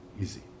easy